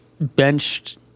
benched